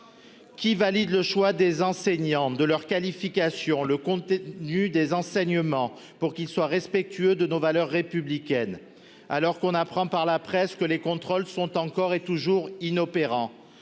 qui valide le choix des enseignants, de leurs qualifications, le contenu des enseignements, pour qu'ils soient respectueux de nos valeurs républicaines, alors que nous apprenons par la presse que les contrôles sont encore et toujours inopérants